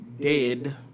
dead